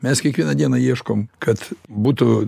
mes kiekvieną dieną ieškom kad būtų